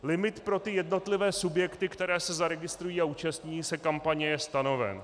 Limit pro jednotlivé subjekty, které se zaregistrují a zúčastní se kampaně, je stanoven.